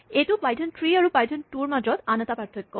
এইটো Python three আৰু Python two ৰ মাজৰ আন এটা পাৰ্থক্য